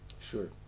Sure